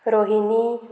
Rohini